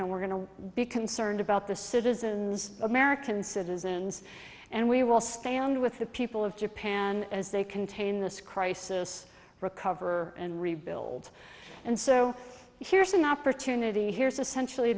know we're going to be concerned about the citizens american citizens and we will stand with the people of japan as they contain this crisis recover and rebuild and so here's an opportunity here is essentially